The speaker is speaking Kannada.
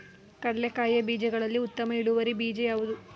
ಕಡ್ಲೆಕಾಯಿಯ ಬೀಜಗಳಲ್ಲಿ ಉತ್ತಮ ಇಳುವರಿ ಬೀಜ ಯಾವುದು?